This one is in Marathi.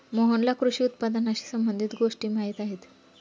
मोहनला कृषी उत्पादनाशी संबंधित गोष्टी माहीत आहेत